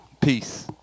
peace